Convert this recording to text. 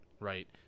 Right